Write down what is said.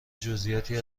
جزییاتی